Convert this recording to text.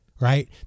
right